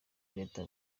leta